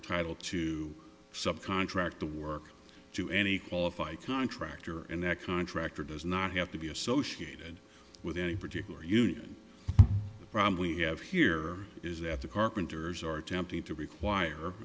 are title to subcontract the work to any qualify contractor and that contractor does not have to be associated with any particular union a problem we have here is that the carpenters are attempting to require